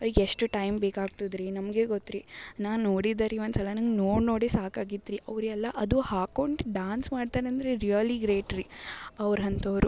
ಅವರಿಗೆ ಎಷ್ಟು ಟೈಮ್ ಬೇಕಾಗಿ ಆಗ್ತದ್ರಿ ನಮಗೆ ಗೊತ್ರಿ ನಾನು ನೋಡಿದ್ದು ರೀ ಒಂದುಸಲ ನಂಗೆ ನೋಡಿ ನೋಡಿ ಸಾಕಾಗಿತ್ರಿ ಅವರು ಎಲ್ಲ ಅದು ಹಾಕೊಂಡು ಡ್ಯಾನ್ಸ್ ಮಾಡ್ತಾರಂದ್ರೆ ರಿಯಲಿ ಗ್ರೇಟ್ ರೀ ಅವ್ರಂಥೋರು